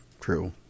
true